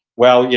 well, yeah